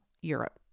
Europe